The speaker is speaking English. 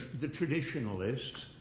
the traditionalists.